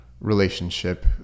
relationship